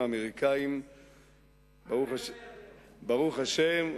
ברוך השם.